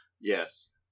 Yes